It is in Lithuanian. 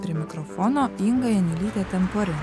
prie mikrofono inga janiulytė temporin